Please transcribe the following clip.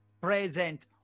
present